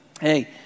Hey